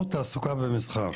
או תעסוקה ומסחר?